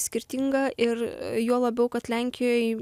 skirtinga ir juo labiau kad lenkijoj